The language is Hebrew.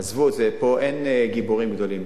עזבו, פה אין גיבורים גדולים.